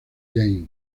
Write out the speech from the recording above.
james